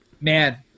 man